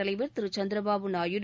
தலைவர் திரு சந்திரபாபு நாயுடு